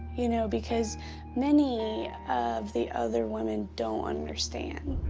you know? because many of the other women don't understand.